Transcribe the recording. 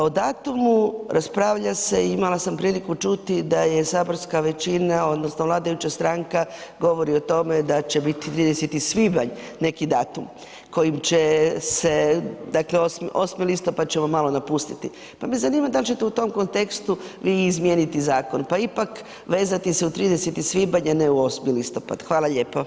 O datumu raspravlja se, imala sam priliku čuti da je saborska većina odnosno vladajuća stranka govori o tome da će biti 30. svibanj neki datum kojim će se dakle, 8. listopad ćemo malo napustiti pa me zanima da li ćete u tom kontekstu vi izmijeniti zakon pa ipak vezati uz 30. svibanj a ne u 8. listopad, hvala lijepo.